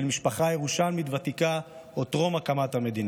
משפחה ירושלמית ותיקה עוד טרום הקמת המדינה.